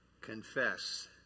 confess